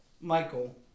Michael